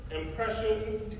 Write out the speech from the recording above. impressions